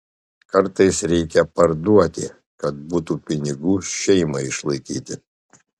kartais reikia parduoti kad būtų pinigų šeimai išlaikyti